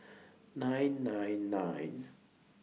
nine nine nine